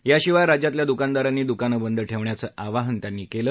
याशिवाय राज्यातल्या द्कानदारांनी दुकाने बंद ठेवण्याचं आवाहन त्यांनी केले